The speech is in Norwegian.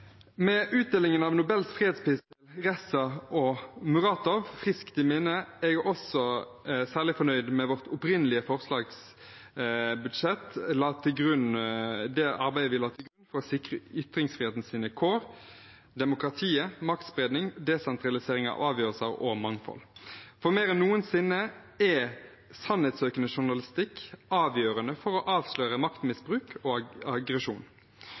Med utdelingen av Nobels fredspris til Ressa og Muratov friskt i minne er jeg særlig fornøyd med vårt opprinnelige budsjettforslag og det arbeidet vi la til grunn for å sikre ytringsfrihetens kår, demokratiet, maktspredning, desentralisering av avgjørelser og mangfold, for mer enn noensinne er sannhetssøkende journalistikk avgjørende for å avsløre maktmisbruk og aggresjon.